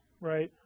right